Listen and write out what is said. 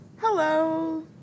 Hello